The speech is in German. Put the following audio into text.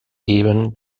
eben